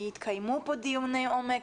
יתקיימו פה דיוני עומק,